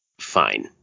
fine